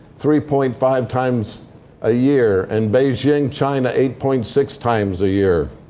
three point five times a year. and beijing, china, eight point six times a year.